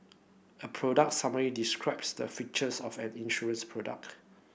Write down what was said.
a product summary describes the features of an insurance product